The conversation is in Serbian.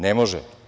Ne može.